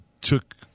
took